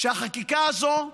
שהחקיקה הזאת,